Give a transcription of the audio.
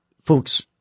Folks